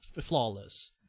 flawless